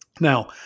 Now